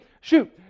shoot